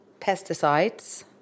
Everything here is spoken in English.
pesticides